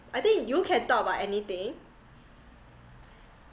I think you can talk about anything